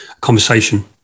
conversation